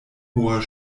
hoher